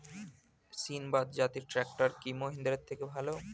সিণবাদ জাতের ট্রাকটার কি মহিন্দ্রার থেকে ভালো?